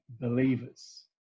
believers